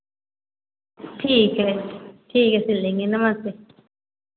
ठीक है ठीक है सिल देंगे नमस्ते